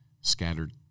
scattered